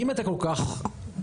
אם אתה כל כך חד,